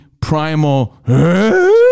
primal